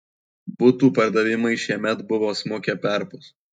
butų pardavimai šiemet buvo smukę perpus